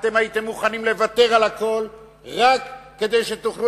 הייתם מוכנים לוותר על הכול רק כדי שתוכלו